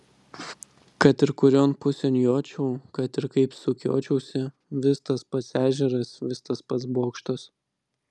kad ir kurion pusėn jočiau kad ir kaip sukiočiausi vis tas pats ežeras vis tas pats bokštas